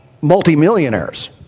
multimillionaires